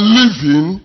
living